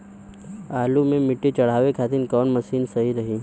आलू मे मिट्टी चढ़ावे खातिन कवन मशीन सही रही?